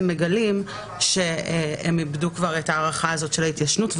מגלים שהם איבדו את הארכת ההתיישנות.